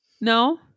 No